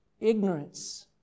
Ignorance